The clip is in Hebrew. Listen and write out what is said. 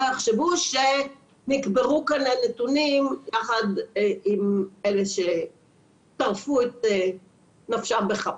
יחשבו שנקברו כאן הנתונים יחד עם אלה שטרפו את נפשם בכפם.